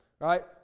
right